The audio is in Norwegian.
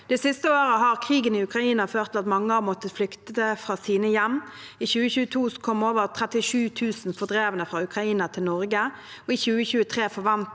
Det siste året har krigen i Ukraina ført til at mange har måttet flykte fra sine hjem. I 2022 kom over 37 000 fordrevne fra Ukraina til Norge, og i 2023 forventes